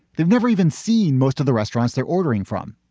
they've never even seen most of the restaurants they're ordering from,